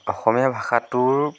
অসমীয়া ভাষাটোৰ